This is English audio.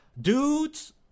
dudes